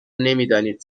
نمیدانید